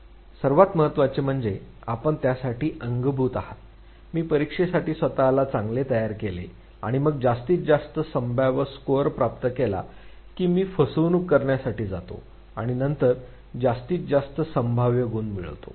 सर्वात महत्त्वाचे म्हणजे आपण त्यासाठी अंगभूत आहात मी परीक्षेसाठी स्वत ला चांगले तयार केले आणि मग जास्तीत जास्त संभाव्य स्कोर प्राप्त केला की मी फसवणूक करण्यासाठी जातो आणि नंतर जास्तीत जास्त संभाव्य गुण मिळवितो